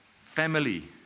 family